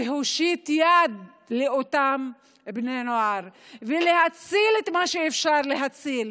צריך להושיט יד לאותם בני נוער ולהציל את מה שאפשר להציל.